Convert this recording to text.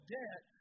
debt